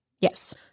Yes